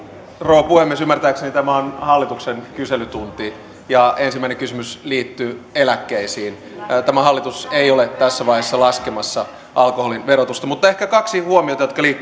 rouva puhemies ymmärtääkseni tämä on hallituksen kyselytunti ja ensimmäinen kysymys liittyi eläkkeisiin tämä hallitus ei ole tässä vaiheessa laskemassa alkoholin verotusta mutta ehkä kaksi huomiota jotka